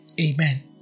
Amen